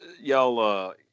Y'all